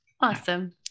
Awesome